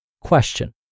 Question